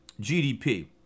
GDP